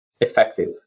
effective